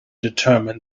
determine